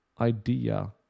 idea